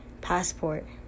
passport